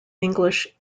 english